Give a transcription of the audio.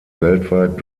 weltweit